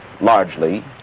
largely